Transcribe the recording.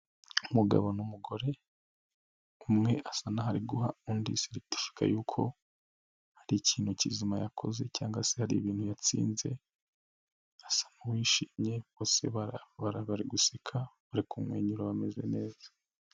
Umugabo n'umugore umwe asa naho ari guha undi seretifika yuko hari ikintu kizima yakoze cyangwa se hari ibintu yatsinze, asa n'uwishimye, bose bari guseka, bari kumwenyura bameze neza.